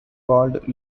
called